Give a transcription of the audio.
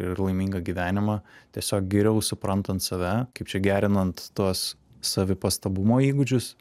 ir laimingą gyvenimą tiesiog geriau suprantant save kaip čia gerinant tuos savipastabumo įgūdžius